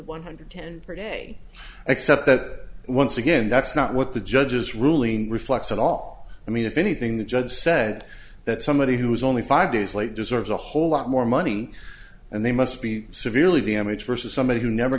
one hundred ten per day except that once again that's not what the judge's ruling reflects at all i mean if anything the judge said that somebody who is only five days late deserves a whole lot more money and they must be severely damaged versus somebody who never